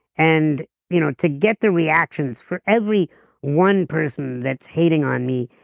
and you know to get the reactions for every one person that's hating on me,